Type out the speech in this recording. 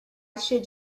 should